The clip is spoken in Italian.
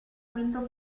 quinto